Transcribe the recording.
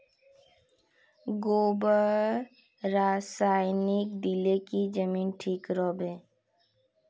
गोबर रासायनिक दिले की जमीन ठिक रोहबे?